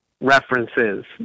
references